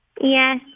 Yes